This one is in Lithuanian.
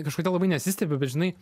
kažkodėl labai nesistebiu bet žinai